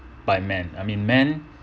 by man I mean man